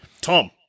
Tom